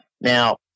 Now